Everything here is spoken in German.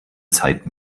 zeit